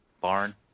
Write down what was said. barn